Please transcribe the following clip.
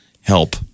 help